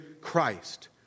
Christ